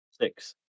six